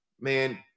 man